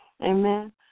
Amen